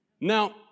now